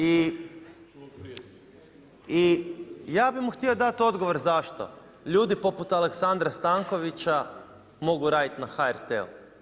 I ja bi mu htio dati odgovor zašto ljudi poput Aleksandra Stankovića mogu raditi na HRT-u.